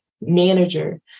manager